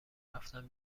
رفتم